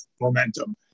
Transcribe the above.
momentum